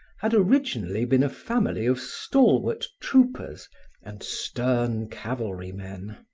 had originally been a family of stalwart troopers and stern cavalry men.